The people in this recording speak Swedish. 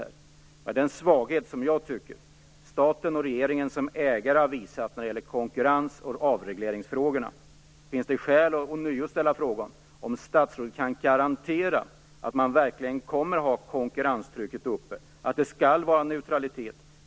Med tanke på den svaghet jag tycker att staten och regeringen har visat som ägare när det gäller konkurrens och avregleringsfrågorna, finns det skäl att ånyo ställa frågan om statsrådet kan garantera att man verkligen kommer att hålla konkurrenstrycket uppe och att det skall vara neutralitet.